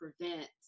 prevent